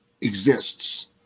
exists